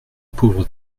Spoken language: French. pauvre